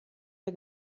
der